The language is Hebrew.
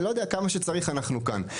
וכמה שצריך אנחנו כאן.